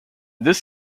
this